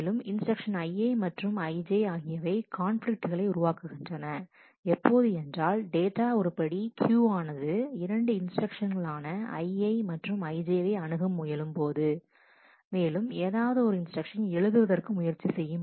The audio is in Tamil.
மேலும் இன்ஸ்டிரக்ஷன்ஸ் Ii மற்றும் Ij ஆகியவை கான்பிலிக்ட்களை உருவாக்குகின்றன எப்போது என்றால் டேட்டா உருப்படி Q ஆனது இரண்டு இன்ஸ்டிரக்ஷன்ஸ்கள் ஆன Ii மற்றும் Ij வை அணுக முயலும் போது மேலும் ஏதாவது ஒரு இன்ஸ்டிரக்ஷன் எழுதுவதற்கு முயற்சி செய்யும்